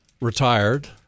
retired